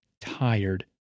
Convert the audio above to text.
tired